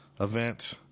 event